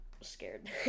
scared